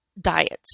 diets